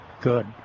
Good